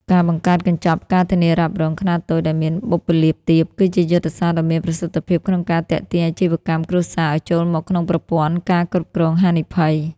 ការបង្កើតកញ្ចប់ ការធានារ៉ាប់រង ខ្នាតតូច ដែលមានបុព្វលាភទាប គឺជាយុទ្ធសាស្ត្រដ៏មានប្រសិទ្ធភាពក្នុងការទាក់ទាញអាជីវកម្មគ្រួសារឱ្យចូលមកក្នុងប្រព័ន្ធ ការគ្រប់គ្រងហានិភ័យ។